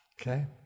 Okay